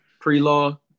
pre-law